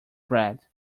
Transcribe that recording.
bread